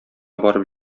барып